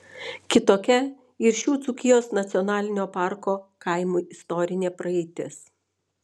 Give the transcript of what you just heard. kitokia ir šių dzūkijos nacionalinio parko kaimų istorinė praeitis